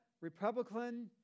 Republican